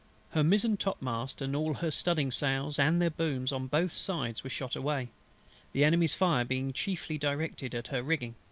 her mizen-topmast, and all her studding-sails and their booms, on both sides were shot away the enemy's fire being chiefly directed at her rigging,